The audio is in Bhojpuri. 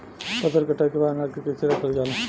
फसल कटाई के बाद अनाज के कईसे रखल जाला?